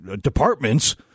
departments